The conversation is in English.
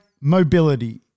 Mobility